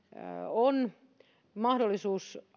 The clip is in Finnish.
on mahdollisuus